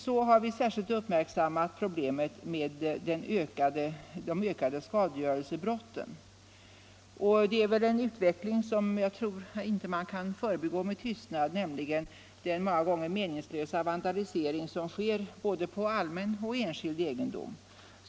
Vi har också särskilt uppmärksammat problemet med de ökade skadegörelsebrotten. Utvecklingen när det gäller den många gånger meningslösa vandalisering som sker på både allmän och enskild egendom kan inte förbigås med tystnad.